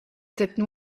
cette